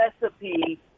recipe